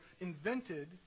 invented